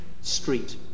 street